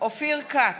אופיר כץ,